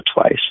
twice